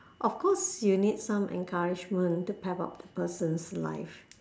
of course you need some encouragement to pep up the person's life